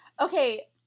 Okay